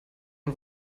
und